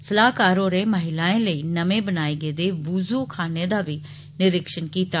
सलाहकार होरें महिलाएं लेई नमें बनाए गेदे वजू खाने दा बी निरीक्षण कीता